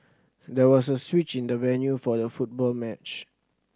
there was a switch in the venue for the football match